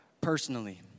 personally